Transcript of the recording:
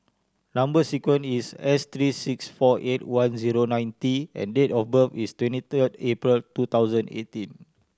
number sequence is S three six four eight one zero nine T and date of birth is twenty third April two thousand eighteen